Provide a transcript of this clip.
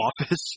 Office